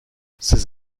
ces